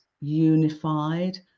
unified